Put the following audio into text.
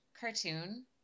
cartoon